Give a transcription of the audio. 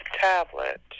tablet